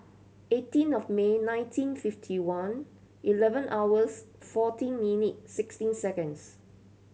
eighteen of May nineteen fifty one eleven hours fourteen minute sixteen seconds